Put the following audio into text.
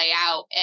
out